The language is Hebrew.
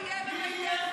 " בל יהיה בביתנו איש,